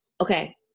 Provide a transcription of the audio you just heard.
Okay